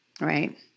Right